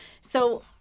So-